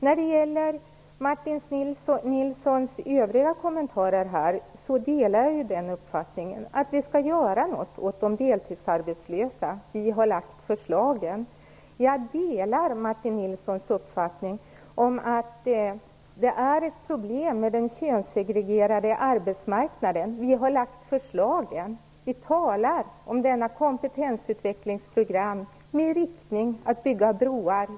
När det gäller Martin Nilssons övriga kommentarer delar jag uppfattningen att vi skall göra något åt de deltidsarbetslösa. Vi har lagt fram förslagen. Jag delar Martin Nilssons uppfattning att det är ett problem med den könssegregerade arbetsmarknaden. Vi har lagt fram förslagen. Vi talar om detta kompetensutvecklingsprogram vars inriktning är att bygga broar.